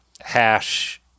hash –